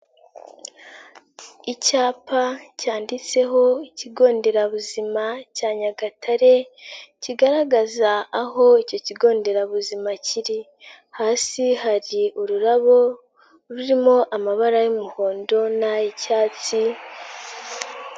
Icyapa cyanditseho ikigo nderabuzima cya Nyagatare. Kigaragaza aho icyo kigo nderabuzima kiri. Hasi hari ururabo, rurimo amabara y'umuhondo n'ay'icyatsi.